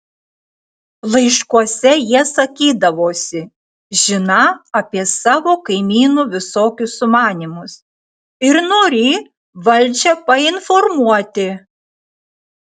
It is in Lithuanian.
laiškuose jie sakydavosi žiną apie savo kaimynų visokius sumanymus ir norį valdžią painformuoti